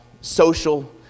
social